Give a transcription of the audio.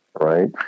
right